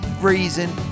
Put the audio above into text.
reason